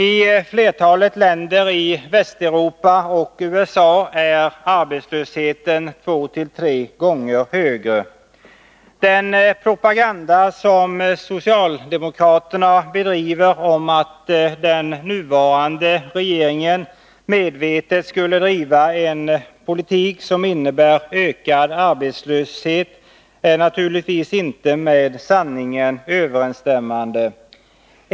I flertalet länder i Västeuropa och i USA är arbetslösheten två tre gånger högre. Det är naturligtvis inte med sanningen överensstämmande att den nuvarande regeringen medvetet skulle driva en politik som innebär ökad arbetslöshet, vilket socialdemokraterna säger i sin propaganda.